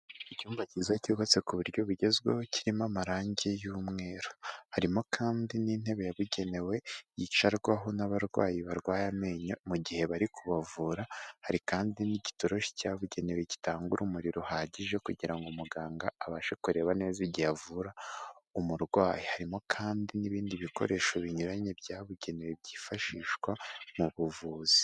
Icyumba cyiza cyubatse ku buryo bugezweho, kirimo amarange y'umweru harimo kandi n'intebe yabugenewe yicarwaho n'abarwayi barwaye amenyo, mu gihe bari kubavura hari kandi n'igitoroshi cyabugenewe gitanga urumuri ruhagije, kugira ngo muganga abashe kureba neza igihe avura umurwayi. Harimo kandi n'ibindi bikoresho binyuranye byabugenewe byifashishwa mu buvuzi.